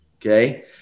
Okay